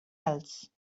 else